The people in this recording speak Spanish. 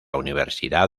universidad